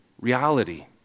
reality